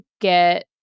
get